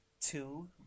Two